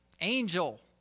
angel